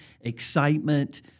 excitement